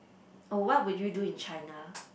or what we will you do in China